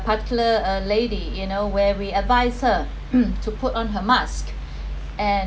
particular a lady you know where we advise her to put on her mask and